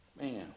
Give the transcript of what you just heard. Man